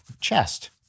chest